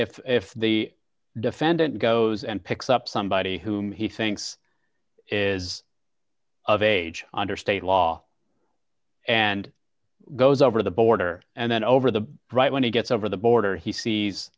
tree if the defendant goes and picks up somebody whom he thinks is of age under state law and goes over the border and then over the right when he gets over the border he sees